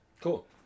Cool